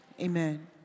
Amen